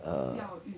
uh